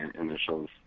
initials